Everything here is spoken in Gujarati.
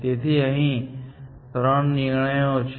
તેથી અહીં ત્રણ નિર્ણયો છે